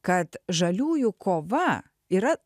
kad žaliųjų kova yra